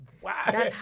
Wow